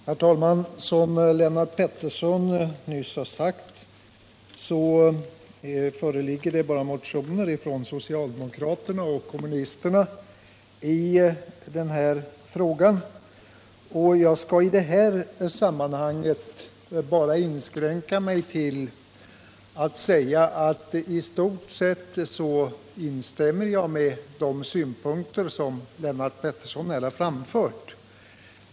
Herr talman! Som Lennart Pettersson nyss har sagt föreligger det motioner bara från socialdemokraterna och kommunisterna i denna fråga, och jag skall i det här sammanhanget inskränka mig till att i stort sett instämma i de synpunkter som Lennart Pettersson här har framfört.